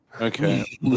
Okay